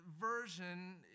version